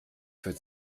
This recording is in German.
für